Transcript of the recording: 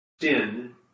Sin